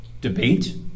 debate